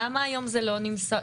למה היום זה לא נמסר?